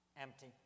empty